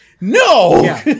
No